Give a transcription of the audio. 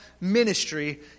ministry